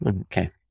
Okay